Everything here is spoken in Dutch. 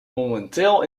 momenteel